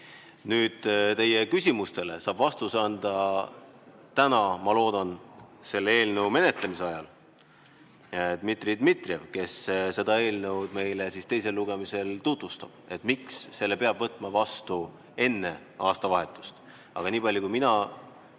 479. Teie küsimustele saab vastuse anda täna, ma loodan, selle eelnõu menetlemise ajal Dmitri Dmitrijev, kes seda eelnõu meile teisel lugemisel tutvustab ja ütleb, miks selle peab võtma vastu enne aastavahetust. Aga nii palju kui mina